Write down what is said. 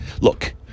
Look